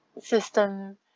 system